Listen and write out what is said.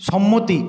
সম্মতি